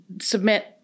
submit